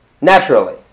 Naturally